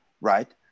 Right